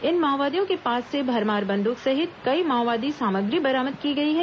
इन माओवादियों के पास से भरमार बंदूक सहित कई माओवादी सामग्री बरामद की गई है